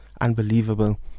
unbelievable